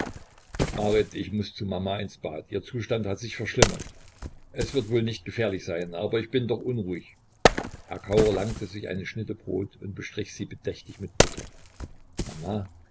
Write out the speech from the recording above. marit ich muß zu mama ins bad ihr zustand hat sich verschlimmert es wird wohl nicht gefährlich sein aber ich bin doch unruhig herr kauer langte sich eine schnitte brot und bestrich sie bedächtig mit butter mama